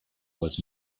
was